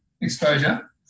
exposure